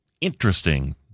Interesting